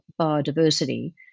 biodiversity